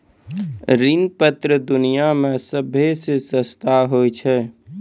ऋण पत्र दुनिया मे सभ्भे से सस्ता श्रोत होय छै